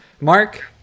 Mark